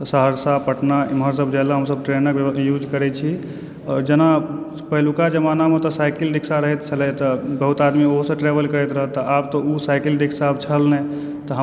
सहरसा पटना इम्हर सभ जाइ लए हमसभ ट्रेने यूज करै छी आओर जेना पहिलुका जमाना मे तऽ साइकिल रिक्सा रहैत छलै तऽ बहुत आदमी ओहूसँ ट्रेवल करैत रहै आब तऽ ओ साइकिल रिक्सा छल नहि तऽ हमरा सभक एकटा बैट्री रिक्सा आबि गेल छल जाहिसँ हमसभ ओ मतलब ट्रेवल करै छी आओर बहुत अच्छा ट्रेवल कऽ पाबै छी ई सभसँ